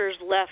left